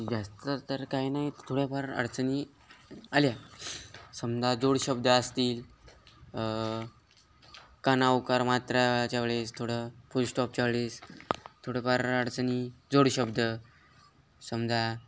जास्त तर काही नाही थोड्याफार अडचणी आल्या समजा जोड शब्द असतील काना उकार मात्राच्या वेळेस थोडं फुलस्टॉपच्या वेळेस थोडंफार अडचणी जोड शब्द समजा